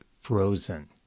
frozen